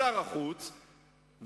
שר החוץ,